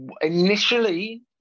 Initially